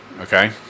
Okay